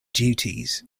duties